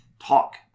talk